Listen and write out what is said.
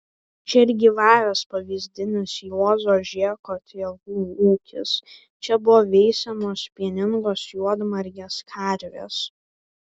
čia ir gyvavęs pavyzdinis juozo žėko tėvų ūkis čia buvo veisiamos pieningos juodmargės karvės